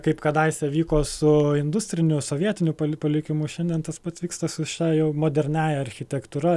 kaip kadaise vyko su industriniu sovietiniu palikimu šiandien tas pats vyksta su šia jau moderniąja architektūra